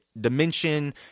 dimension